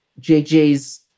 JJ's